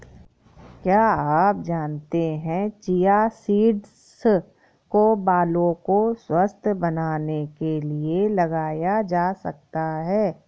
क्या आप जानते है चिया सीड्स को बालों को स्वस्थ्य बनाने के लिए लगाया जा सकता है?